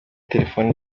telefoni